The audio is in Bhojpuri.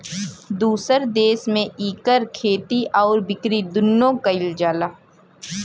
दुसर देस में इकर खेती आउर बिकरी दुन्नो कइल जाला